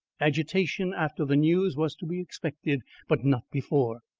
agitation after the news was to be expected, but not before!